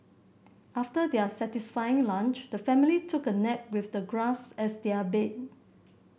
after their satisfying lunch the family took a nap with the grass as their bed